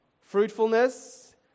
fruitfulness